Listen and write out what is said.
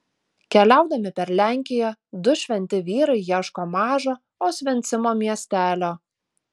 keliaudami per lenkiją du šventi vyrai ieško mažo osvencimo miestelio